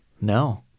No